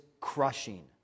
crushing